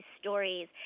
stories